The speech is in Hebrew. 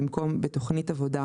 במקום "בתכנית עבודה,